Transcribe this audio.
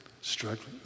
struggling